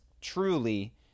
truly